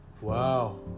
Wow